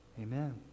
Amen